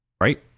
Right